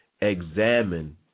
examine